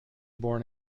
born